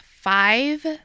five